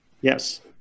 Yes